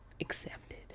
Accepted